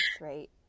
right